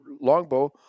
longbow